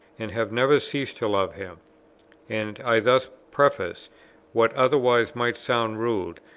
and have never ceased to love him and i thus preface what otherwise might sound rude,